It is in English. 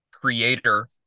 creator